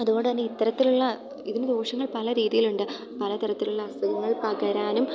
അതുകൊണ്ട് തന്നെ ഇത്തരത്തിലുള്ള ഇതിന് ദോഷങ്ങൾ പല രീതിയിൽ ഉണ്ട് പല തരത്തിലുള്ള അസുഖങ്ങൾ പകരാനും